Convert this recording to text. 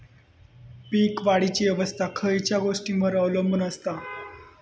पीक वाढीची अवस्था खयच्या गोष्टींवर अवलंबून असता?